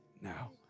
now